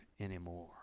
anymore